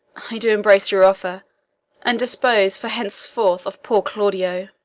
i do embrace your offer and dispose for henceforth of poor claudio.